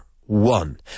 one